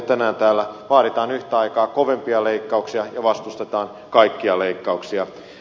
tänään täällä vaaditaan yhtä aikaa kovempia leikkauksia ja vastustetaan kaikkia leikkauksia